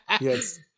Yes